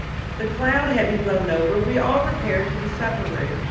the cloud having blown over, we all repaired to the supper-room,